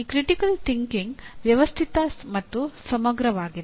ಈ critical thinking ವ್ಯವಸ್ಥಿತ ಮತ್ತು ಸಮಗ್ರವಾಗಿದೆ